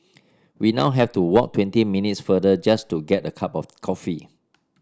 we now have to walk twenty minutes farther just to get a cup of coffee